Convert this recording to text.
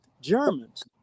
Germans